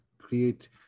create